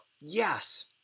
Yes